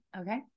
okay